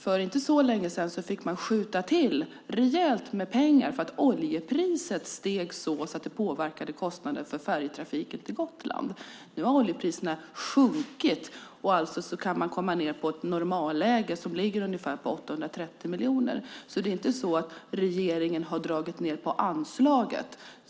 För inte så länge sedan fick man skjuta till rejält med pengar för att oljepriset steg så att det påverkade kostnaden för färjetrafiken till Gotland. Nu har oljepriserna sjunkit igen, och nu kan man komma ned på ett normalläge på omkring 830 miljoner. Det är inte så att regeringen har dragit ned på anslaget.